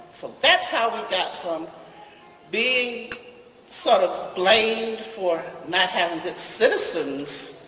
so that's how we got from being sort of blamed for not having good citizens